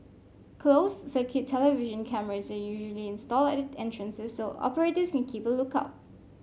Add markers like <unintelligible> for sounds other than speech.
closed circuit television camera <unintelligible> usually installed at the entrances so operators can keep a look out